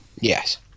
Yes